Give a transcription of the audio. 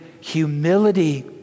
humility